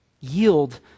yield